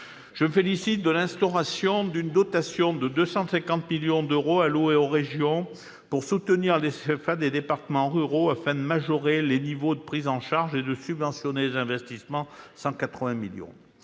Je me félicite de l'instauration d'une dotation de 250 millions d'euros allouée aux régions pour soutenir les CFA des départements ruraux afin de majorer les niveaux de prise en charge et de subventionner les investissements- 180 millions